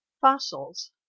Fossils